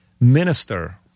minister